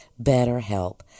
BetterHelp